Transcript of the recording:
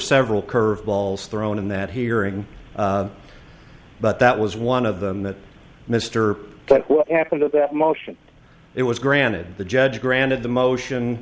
several curveballs thrown in that hearing but that was one of them that mr what happened to that motion it was granted the judge granted the motion